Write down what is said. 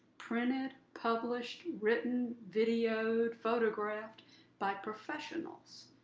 printed, published, written, videoed, photographed by professionals.